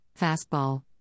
Fastball